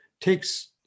takes